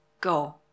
go